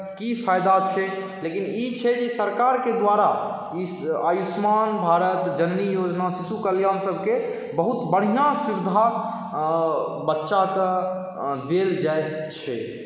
की फायदा छै लेकिन ई छै जे सरकारके द्वारा ई आयुष्मान भारत जननी योजना शिशु कल्याण सभके बहुत बढ़िआँ सुविधा बच्चाकेँ देल जाइत छै